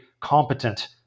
competent